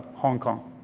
hong kong.